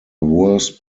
worst